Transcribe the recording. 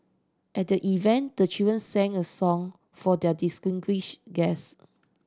at the event the children sang a song for their distinguished guest